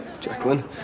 Jacqueline